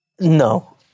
No